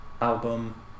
album